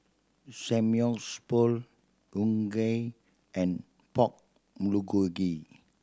Samgyeopsal Unagi and Pork Bulgogi